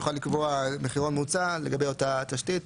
לקבוע מחירון מוצע לגבי אותה תשתית,